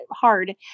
hard